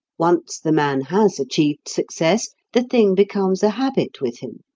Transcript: once the man has achieved success, the thing becomes a habit with him.